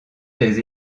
des